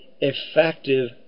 effective